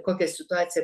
kokia situacija